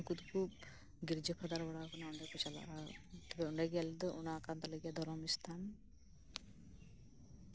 ᱩᱱᱠᱩ ᱫᱚ ᱠᱚ ᱜᱤᱨᱡᱟᱹ ᱯᱷᱟᱫᱟᱨ ᱵᱟᱲᱟ ᱟᱠᱟᱱᱟ ᱚᱸᱰᱮ ᱚᱸᱰᱮ ᱜᱮ ᱟᱞᱮ ᱫᱚ ᱚᱱᱟ ᱠᱟᱱ ᱛᱟᱞᱮ ᱜᱮᱭᱟ ᱫᱷᱚᱨᱚᱢ ᱥᱛᱷᱟᱱ